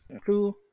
True